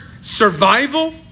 survival